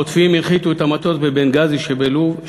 החוטפים הנחיתו את המטוס בבנגאזי שבלוב,